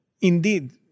Indeed